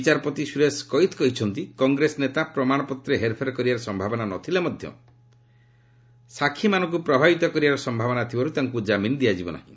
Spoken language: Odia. ବିଚାରପତି ସୁରେଶ କୈତ୍ କହିଛନ୍ତି କଂଗ୍ରେସ ନେତା ପ୍ରମାଣପତ୍ରରେ ହେର୍ଫେର୍ କରିବାରେ ସମ୍ଭାବନା ନ ଥିଲେ ମଧ୍ୟ ସାକ୍ଷୀମାନଙ୍କୁ ପ୍ରଭାବିତ କରିବାର ସମ୍ଭାବନା ଥିବାରୁ ତାଙ୍କୁ କାମିନ୍ ଦିଆଯିବ ନାହିଁ